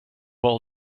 all